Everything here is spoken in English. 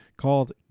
called